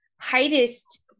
highest